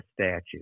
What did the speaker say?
Statute